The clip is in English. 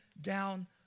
down